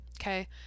okay